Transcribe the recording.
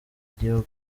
igihugu